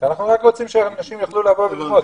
אנחנו רק רוצים שאנשים יוכלו לבוא ללמוד.